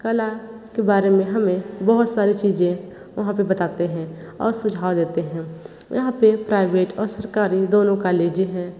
कला के बारे में हमें बहुत सारी चीज़ें वहाँ पर बताते हैं और सुझाव देते हैं यहाँ पर प्राइवेट और सरकारी दोनों कॉलेजें हैं